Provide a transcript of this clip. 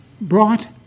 brought